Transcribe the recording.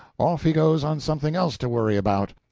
off he goes on something else to worry about.